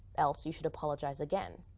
else you should apologize again.